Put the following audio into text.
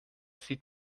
sieht